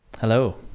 Hello